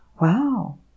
Wow